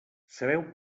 sabeu